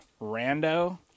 Rando